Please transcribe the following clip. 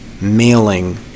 mailing